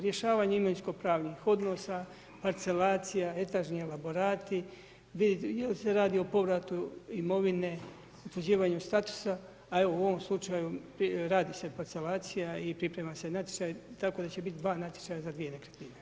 Rješavanje imovinskopravnih odnosa, parcelacija, etažni elaborati, vidjeti jel se radi o povratu imovine, utvrđivanju statusa, a evo u ovom slučaju radi se parcelacija i priprema se natječaj tako da će biti dva natječaja za dvije nekretnine.